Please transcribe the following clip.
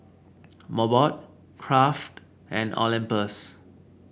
Mobot Kraft and Olympus